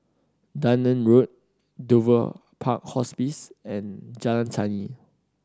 Dunearn Road Dover Park Hospice and Jalan Tani